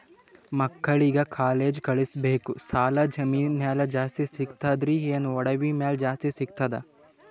ಮಕ್ಕಳಿಗ ಕಾಲೇಜ್ ಕಳಸಬೇಕು, ಸಾಲ ಜಮೀನ ಮ್ಯಾಲ ಜಾಸ್ತಿ ಸಿಗ್ತದ್ರಿ, ಏನ ಒಡವಿ ಮ್ಯಾಲ ಜಾಸ್ತಿ ಸಿಗತದ?